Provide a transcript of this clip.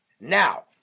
Now